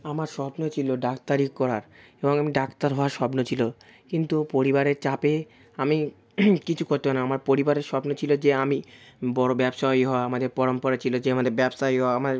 আমার স্বপ্ন ছিল ডাক্তারি করার এবং আমি ডাক্তার হওয়ার স্বপ্ন ছিল কিন্তু পরিবারের চাপে আমি কিছু করতে আমার পরিবারের স্বপ্ন ছিল যে আমি বড় ব্যবসায়ী হওয়া আমাদের পরম্পরা ছিল যে আমাদের ব্যবসায়ী হওয়া আমার